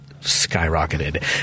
skyrocketed